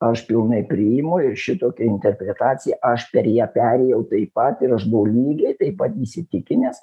aš pilnai priimu ir šitokią interpretaciją aš per ją perėjau taip pat ir aš buvau lygiai taip pat įsitikinęs